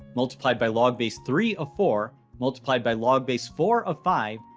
multiplied by log base three of four, multiplied by log base four of five,